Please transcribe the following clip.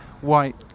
white